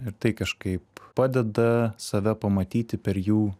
ir tai kažkaip padeda save pamatyti per jų